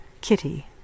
Kitty